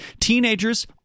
teenagers